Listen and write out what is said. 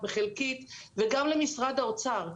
וגם למשרד האוצר.